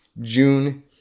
June